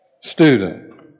Student